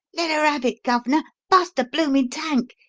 let her have it, gov'nor! bust the bloomin' tank.